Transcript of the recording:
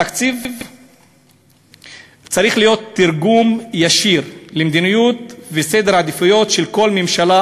התקציב צריך להיות תרגום ישיר של מדיניות וסדר עדיפויות של כל ממשלה.